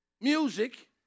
music